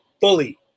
fully